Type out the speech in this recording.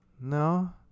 No